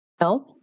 No